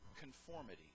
conformity